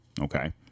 Okay